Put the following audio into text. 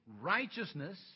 righteousness